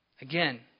Again